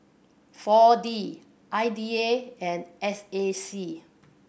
Four D I D A and S A C